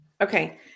Okay